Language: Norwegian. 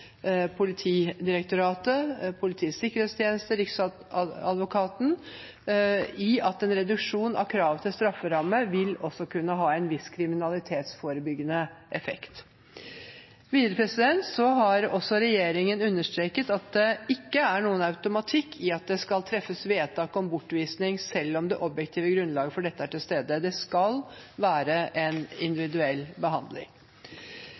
vil kunne ha en viss kriminalitetsforebyggende effekt. Videre har også regjeringen understreket at det ikke er noen automatikk i at det skal treffes vedtak om bortvisning selv om det objektive grunnlaget for dette er til stede. Det skal være en individuell behandling.